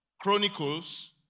Chronicles